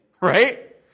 right